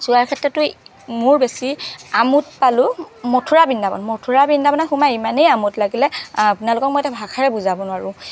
চোৱাৰ ক্ষেত্ৰতো মোৰ বেছি আমোদ পালো মথুৰা বৃন্দাবন মথুৰা বৃন্দাবনত সোমাই ইমানেই আমোদ লাগিলে আপোনালোকক মই এতিয়া ভাষাৰে বুজাব নোৱাৰো